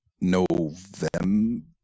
November